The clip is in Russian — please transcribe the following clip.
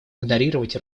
игнорировать